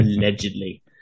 Allegedly